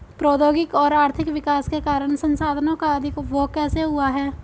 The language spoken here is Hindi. प्रौद्योगिक और आर्थिक विकास के कारण संसाधानों का अधिक उपभोग कैसे हुआ है?